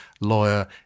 lawyer